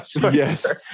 Yes